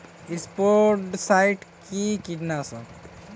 স্পোডোসাইট কি কীটনাশক?